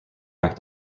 mac